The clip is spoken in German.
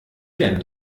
denn